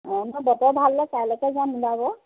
অ' বতৰ ভাল হ'লে কাইলৈকে যাম ওলাব